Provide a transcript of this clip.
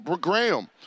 Graham